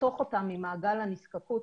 את האוכלוסייה הזאת לאוכלוסייה נזקקת.